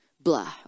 blah